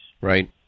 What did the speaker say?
Right